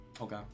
okay